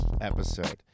episode